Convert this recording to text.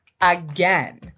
again